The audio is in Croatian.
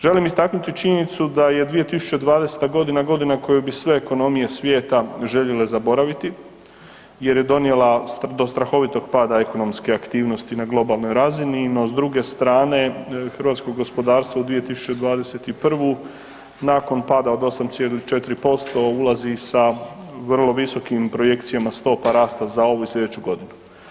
Želim istaknuti činjenicu da je 2020. godina, godina koju bi sve ekonomije svijeta željele zaboraviti jer je donijela do strahovitog pada ekonomske aktivnosti na globalnoj razini, no, s druge strane, hrvatsko gospodarstvo u 2021. nakon pada od 8,4% ulazi sa vrlo visokim projekcijama stopa rasta za ovu i sljedeću godinu.